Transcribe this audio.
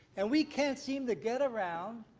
and we can't seem to get around